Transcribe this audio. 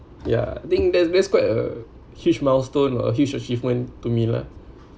ya I think that's that's quite a huge milestone or huge achievement to me lah